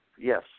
Yes